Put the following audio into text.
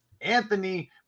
Anthony